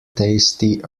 tasty